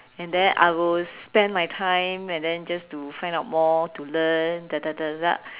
and then I will spend my time and then just to find out more to learn